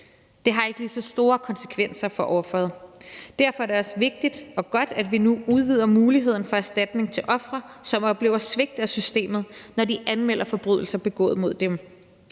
Det har ikke lige så store konsekvenser for offeret. Derfor er det også vigtigt og godt, at vi nu udvider muligheden for erstatning til ofre, som oplever et svigt fra systemet, når de anmelder forbrydelser begået mod dem.